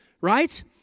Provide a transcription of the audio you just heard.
right